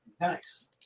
Nice